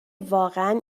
واقعا